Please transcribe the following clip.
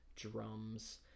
drums